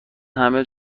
همه